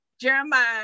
Jeremiah